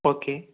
okay